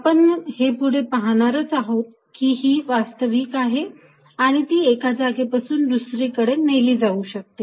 आपण हे पुढे पाहणार आहोत की ही वास्तविक आहे आणि ती एका जागेपासून दुसरीकडे नेली जाऊ शकते